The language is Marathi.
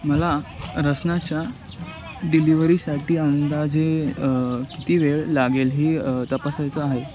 मला रसनाच्या डिलिव्हरीसाठी अंदाजे किती वेळ लागेल हे तपासायचं आहे